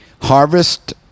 harvest